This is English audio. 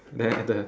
there at the